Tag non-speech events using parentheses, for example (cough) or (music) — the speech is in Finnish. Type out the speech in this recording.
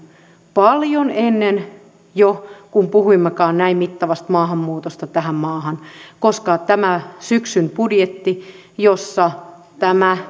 paljon ennen jo kuin puhuimmekaan näin mittavasta maahanmuutosta tähän maahan koska tämän syksyn budjetti jossa tämä (unintelligible)